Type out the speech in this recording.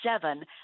seven